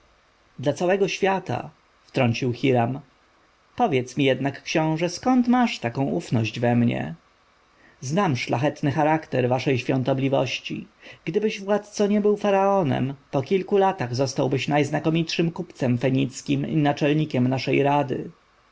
całego świata wtrącił hiram powiedz mi jednak książę skąd masz taką ufność we mnie znam szlachetny charakter waszej świątobliwości gdybyś władco nie był faraonem po kilku latach zostałbyś najznakomitszym kupcem fenickim i naczelnikiem naszej rady